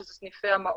שזה סניפי המעוף.